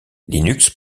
linux